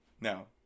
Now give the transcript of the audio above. No